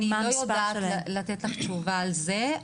אני לא יודעת לתת לך תשובה על זה,